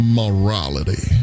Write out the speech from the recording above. morality